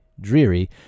dreary